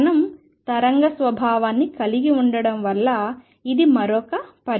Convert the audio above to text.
కణం తరంగ స్వభావాన్ని కలిగి ఉండటం వల్ల ఇది మరొక పరిణామం